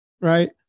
right